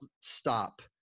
stop